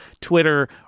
Twitter